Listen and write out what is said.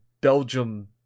Belgium